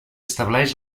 estableix